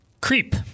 Creep